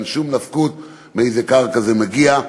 אין שום נפקות מאיזו קרקע זה מגיע.